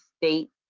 state